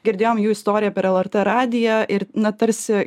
girdėjom jų istoriją per lrt radiją ir na tarsi